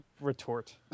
retort